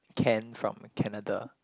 can from Canada